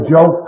Joe